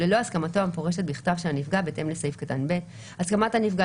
ללא הסכמתו המפורשת בכתב של הנפגע בהתאם לסעיף קטן (ב); הסכמת הנפגע